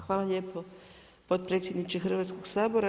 Hvala lijepo potpredsjedniče Hrvatskog sabora.